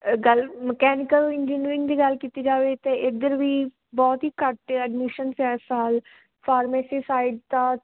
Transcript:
ਗੱਲ mechanical engineering ਦੀ ਗੱਲ ਕੀਤੀ ਜਾਵੇ ਅਤੇ ਇੱਧਰ ਵੀ ਬਹੁਤ ਹੀ ਘੱਟ ਐਡਮਿਸ਼ਨ ਇਸ ਸਾਲ ਫਾਰਮੇਸੀ ਸਾਈਡ ਤਾਂ